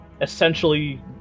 Essentially